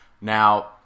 now